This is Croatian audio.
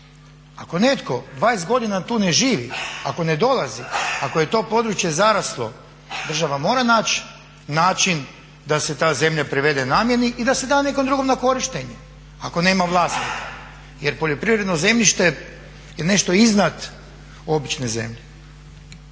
Ako netko 20 godina tu ne živi, ako ne dolazi, ako je to područje zaraslo država mora naći način da se ta zemlja privede namjeni i da se da nekom drugom na korištenje ako nema vlasnika. Jer poljoprivredno zemljište je nešto iznad obične zemlje.